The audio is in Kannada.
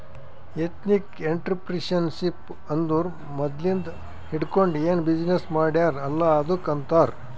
ಎಥ್ನಿಕ್ ಎಂಟ್ರರ್ಪ್ರಿನರ್ಶಿಪ್ ಅಂದುರ್ ಮದ್ಲಿಂದ್ ಹಿಡ್ಕೊಂಡ್ ಏನ್ ಬಿಸಿನ್ನೆಸ್ ಮಾಡ್ಯಾರ್ ಅಲ್ಲ ಅದ್ದುಕ್ ಆಂತಾರ್